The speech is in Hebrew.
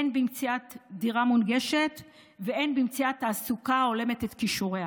הן במציאת דירה מונגשת והן במציאת תעסוקה ההולמת את כישוריה.